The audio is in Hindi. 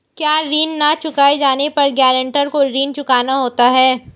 क्या ऋण न चुकाए जाने पर गरेंटर को ऋण चुकाना होता है?